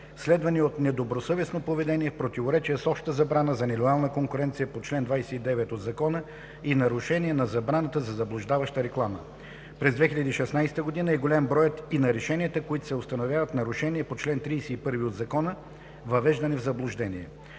следвани от недобросъвестно поведение в противоречие с общата забрана за нелоялна конкуренция по чл. 29 от Закона и нарушения на забраната за заблуждаваща реклама. През 2016 г. е голям броят и на решенията, с които се установяват нарушения по чл. 31 от Закона – въвеждане в заблуждение.